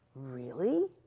really?